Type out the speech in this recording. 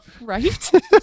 Right